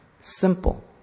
Simple